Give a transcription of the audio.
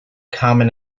common